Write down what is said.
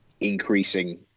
increasing